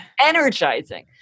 energizing